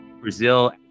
Brazil